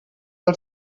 del